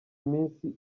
iminsi